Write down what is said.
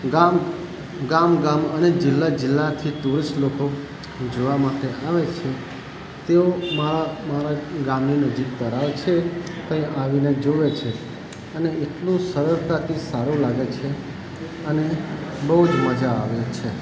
ગામ ગામ ગામ અને જિલ્લા જિલ્લાથી ટુરિસ્ટ લોકો જોવા માટે આવે છે તેઓ મારા મારા ગામની નજીક તળાવ છે ત્યાં આવીને જુએ છે અને એટલું સરળતાથી સારું લાગે છે અને બહુ જ મજા આવે છે